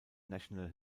national